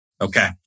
Okay